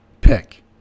pick